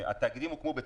התאגידים הוקמו בצדק.